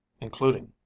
including